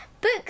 book